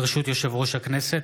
ברשות יושב-ראש הכנסת,